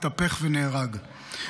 התהפך ונהרג,